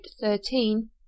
thirteen